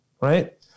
right